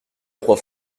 trois